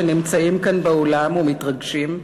שנמצאים כאן באולם ומתרגשים,